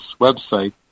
website